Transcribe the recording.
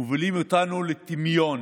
מובילים אותנו היום לטמיון.